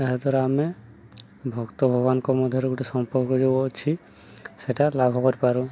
ଏହାଦ୍ୱାରା ଆମେ ଭକ୍ତ ଭଗବାନଙ୍କ ମଧ୍ୟରେ ଗୋଟେ ସମ୍ପର୍କ ଯେଉଁ ଅଛି ସେଇଟା ଲାଭ କରିପାରୁ